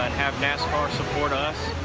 and have nascar support us.